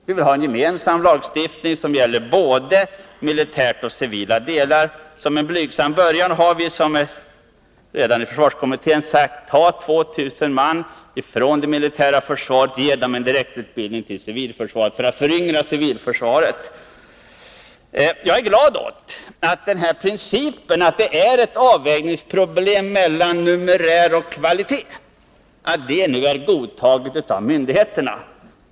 Vi vill ha en gemensam lagstiftning som gäller både militära och civila delar. Som en blygsam början har vi redan i försvarskommittén sagt: Tag 2 000 man från det militära försvaret och ge dem en direktutbildning till civilförsvaret för att föryngra civilförsvaret. Jag är glad åt att principen att det är ett avvägningsproblem mellan numerär och kvalitet nu är godtagen av myndigheterna.